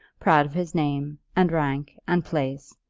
proud of his name, and rank, and place,